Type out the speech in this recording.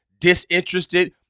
disinterested